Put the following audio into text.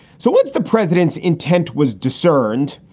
so what's the president's intent was discerned?